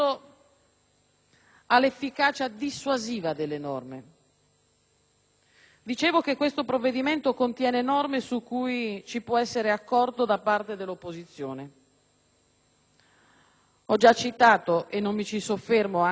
Dicevo che questo provvedimento contiene norme su cui ci può essere accordo da parte dell'opposizione. Ho già citato - e non mi ci soffermo, anche se sarà necessario un esame attento da parte dei tecnici per